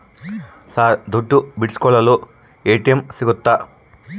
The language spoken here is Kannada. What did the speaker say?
ಸರ್ ದುಡ್ಡು ಬಿಡಿಸಿಕೊಳ್ಳಲು ಎ.ಟಿ.ಎಂ ಸಿಗುತ್ತಾ?